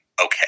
okay